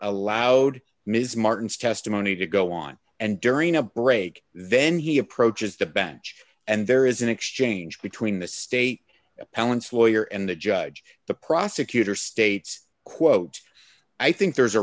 allowed ms martin's testimony to go on and during a break then he approaches the bench and there is an exchange between the state appellants lawyer and the judge the prosecutor states quote i think there's a